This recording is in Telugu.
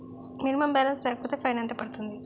మినిమం బాలన్స్ లేకపోతే ఫైన్ ఎంత పడుతుంది?